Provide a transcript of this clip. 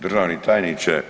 Državni tajniče,